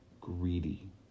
greedy